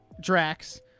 Drax